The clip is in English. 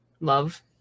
love